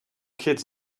kids